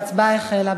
ההצבעה החלה,